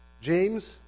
James